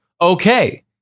Okay